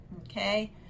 okay